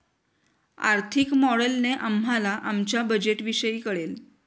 आर्थिक मॉडेलने आम्हाला आमच्या बजेटविषयी कळेल